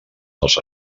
dels